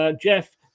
Jeff